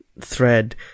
thread